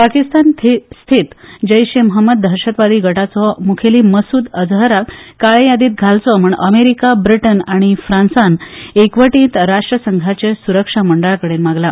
पाकिस्तान स्थीत जैश ए महम्मह दहशतवादी गटाचो मुखेली मसूद अझहर हाका काळे यादींत घालचो म्हण अमेरीका ब्रिटन आनी फ्रांसान एकवटीत राष्ट्रसंघाचे सुरक्षा मंडळाकडेन मागला